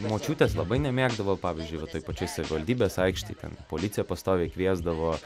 močiutės labai nemėgdavo pavyzdžiui va toj pačioj savivaldybės aikštėj ten policiją pastoviai kviesdavo